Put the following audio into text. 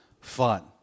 fun